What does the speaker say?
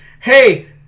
hey